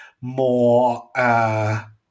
more